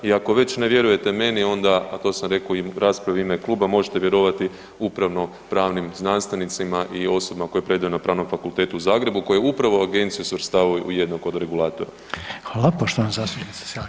I ako već ne vjerujete meni onda a to sam rekao i u raspravi u ime kluba, možete vjerovati upravnopravnim znanstvenicima i osobama koje predaju na Pravnom fakultetu u Zagrebu koji upravo Agenciju svrstavaju u jednog od regulatora.